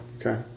Okay